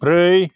ब्रै